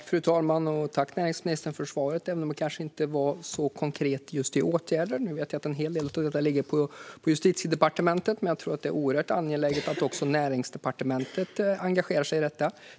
Fru talman! Jag tackar näringsministern för svaret, även om det kanske inte var så konkret just när det gäller åtgärder. Jag vet att en hel del av detta ligger på Justitiedepartementet. Men jag tror att det är oerhört angeläget att också Näringsdepartementet engagerar sig i detta.